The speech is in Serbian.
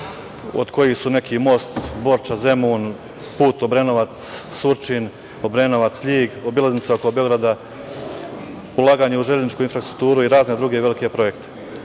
od kojih su most Borča-Zemun, put Obrenovac-Surčin, Obrenovac-Ljig, obilaznica oko Beograda, ulaganje u železničku infrastrukturu i razne druge i velike projekte. Već